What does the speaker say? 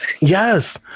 Yes